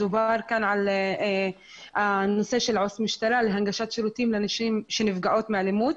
דובר כאן על הנושא של עו"ס משטרה להנגשת שירותים לנשים שנפגעות מאלימות.